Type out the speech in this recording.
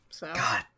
God